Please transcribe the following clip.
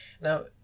Now